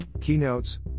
Keynotes